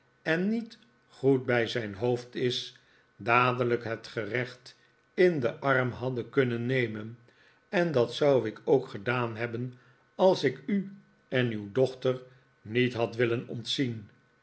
en niet goed bij zijn hoofd is dadelijk het gerecht in den arm hadden kunnen nemen en dat zou ik ook gedaan hebben als ik u en uw dochter niet had willen ontzien